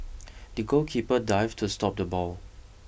the goalkeeper dived to stop the ball